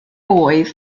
oedd